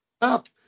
up